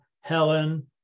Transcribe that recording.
Helen